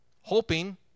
hoping